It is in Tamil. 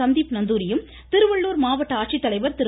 சந்தீப் நந்தூரியும் திருவள்ளுர் மாவட்ட ஆட்சித்தலைவர் திரு